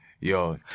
Yo